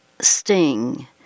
sting